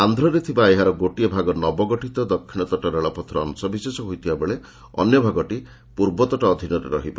ଆନ୍ଧ୍ରରେ ଥିବା ଏହାର ଗୋଟିଏ ଭାଗ ନବଗଠିତ ଦକ୍ଷିଣତଟ ରେଳପଥର ଅଂଶବିଶେଷ ହୋଇଥିବା ବେଳେ ଅନ୍ୟ ଭାଗଟି ପୂର୍ବତଟ ଅଧୀନରେ ରହିବ